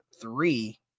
three